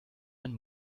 ein